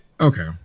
Okay